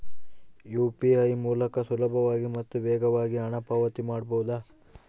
UPI ಮೂಲಕ ಸುಲಭವಾಗಿ ಮತ್ತು ವೇಗವಾಗಿ ಹಣ ಪಾವತಿ ಮಾಡಬಹುದಾ?